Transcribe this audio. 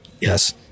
Yes